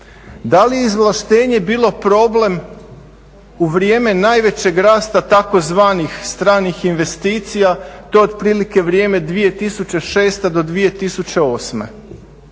Da li je izvlaštenje bilo problem u vrijeme najvećeg rasta tzv. stranih investicija, to je otprilike vrijeme 2006. do 2008.